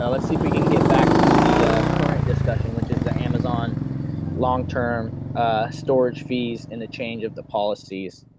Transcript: ah let's see if we can get back to the current discussion which is the amazon long term storage fees in the change of the policies.